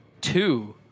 two